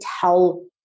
tell